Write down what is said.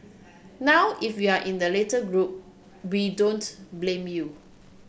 now if you're in the latter group we don't blame you